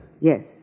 Yes